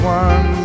one